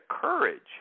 courage